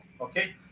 okay